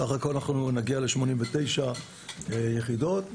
סך הכול נגיע ל-89 יחידות.